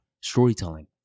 storytelling